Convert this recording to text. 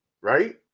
right